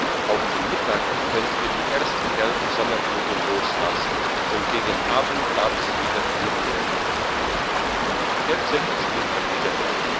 auf den mittag könnt ihr die ersten gelben sommervögel los lassen und gegen abend darf's wieder kühl werden der zirkelschmied erwiderte